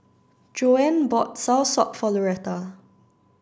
Joanne bought Soursop for Loretta